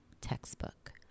textbook